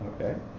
okay